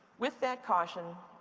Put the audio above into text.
with that caution,